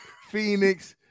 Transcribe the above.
Phoenix